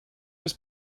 was